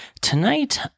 tonight